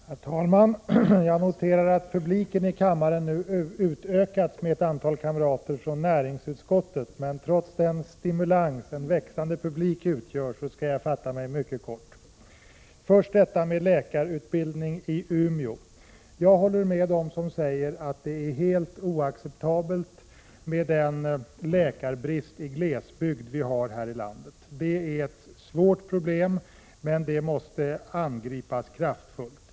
Herr talman! Jag noterar att publiken i kammaren nu har utökats med ett antal kamrater från näringsutskottet, men trots den stimulans en växande publik utgör skall jag fatta mig mycket kort. Först skall jag beröra läkarutbildningen i Umeå. Jag håller med dem som säger att det är helt oacceptabelt med den nuvarande läkarbristen i glesbygden i detta land. Det är ett svårt problem, men det måste angripas kraftfullt.